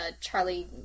Charlie